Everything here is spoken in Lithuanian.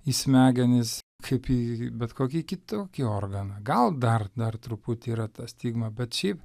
į smegenis kaip į bet kokį kitokį organą gal dar dar truputį yra ta stigma bet šiaip